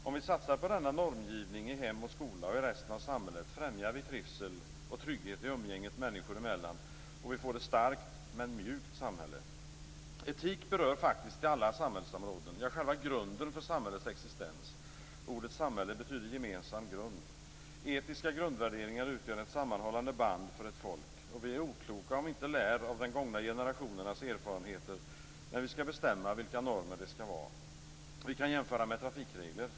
Om vi satsar på denna normgivning i hem och skola och i resten av samhället främjar vi trivsel och trygghet i umgänget människor emellan och vi får ett starkt men mjukt samhälle. Etik berör faktiskt alla samhällsområden. Det är själva grunden för samhällets existens. Ordet samhälle betyder gemensam grund. Etiska grundvärderingar utgör ett sammanhållande band för ett folk, och vi är okloka om vi inte lär av gångna generationers erfarenheter när vi skall bestämma vilka normer det skall vara. Vi kan jämföra med trafikregler.